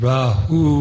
Rahu